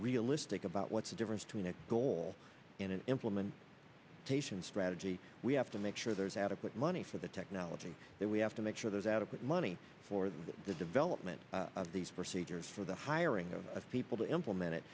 realistic about what's the difference between a goal and an implement taishan strategy we have to make sure there's adequate money for the technology that we have to make sure there's adequate money for the development of these procedures for the hiring of people to implement it